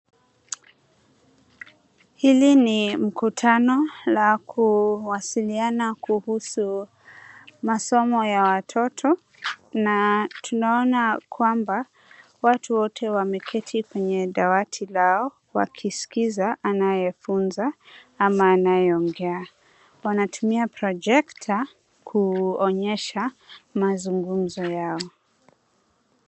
Hili ni mkutano la kuwasiliana kuhusu masomo ya watoto na tunaona kwamba watu wote wameketi kwenye dawati lao wakiskiza anayoyafunza ama anayoongea ,wanatumia projector kuonyesha mazungumzo yao.